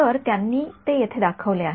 तर त्यांनी ते येथे दाखवले आहे